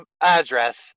address